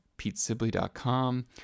PeteSibley.com